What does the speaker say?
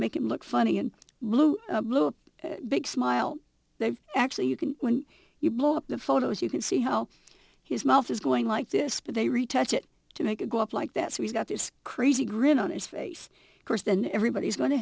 make him look funny and blue blue a big smile they actually you can when you blow up the photos you can see how his mouth is going like this but they retouch it to make it go up like that so he's got this crazy grin on his face of course then everybody's go